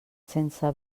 sense